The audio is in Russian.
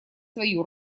свою